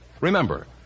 Remember